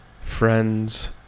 friends